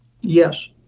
Yes